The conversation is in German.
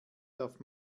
darf